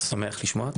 שמח לשמוע,